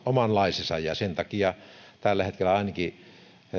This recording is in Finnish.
omanlaisensa sen takia tällä hetkellä ainakin